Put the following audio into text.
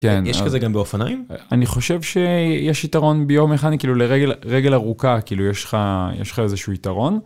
יש כזה גם באופניים ? אני חושב שיש יתרון ביום אחד כאילו לרגל רגל ארוכה כאילו יש לך איזה שהוא יתרון.